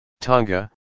Tonga